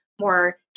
more